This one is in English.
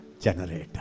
generator